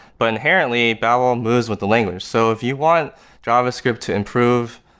but inherently, babel moves with the language. so if you want javascript to improve,